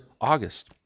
August